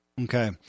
Okay